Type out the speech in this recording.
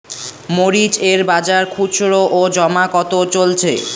মরিচ এর বাজার খুচরো ও জমা কত চলছে?